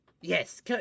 Yes